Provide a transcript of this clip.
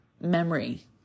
memory